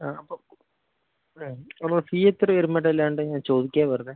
ആ അപ്പം അപ്പം ഫീ എത്രയാണ് ഒരു ഇല്ലാണ്ട് ഞാൻ ചോദിക്കുക വെറുതെ